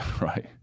right